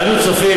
אנו צופים,